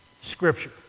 scripture